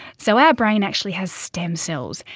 so our brain actually has stem cells.